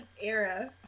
era